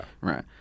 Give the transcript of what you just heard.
Right